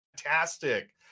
fantastic